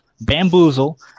bamboozle